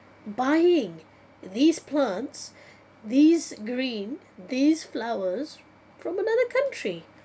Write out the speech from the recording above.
buying these plants these green these flowers from another country